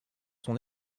son